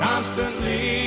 Constantly